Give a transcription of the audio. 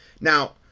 Now